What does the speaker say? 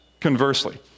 Conversely